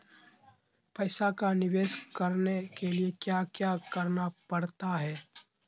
पैसा का निवेस करने के लिए क्या क्या करना पड़ सकता है?